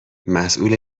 مسئول